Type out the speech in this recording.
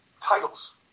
titles